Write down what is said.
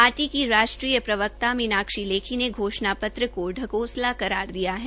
party की राष्ट्रीय प्रवक्ता मीनाक्षी लेखी ने घोषणा पत्र को ढकोसला करार दिया है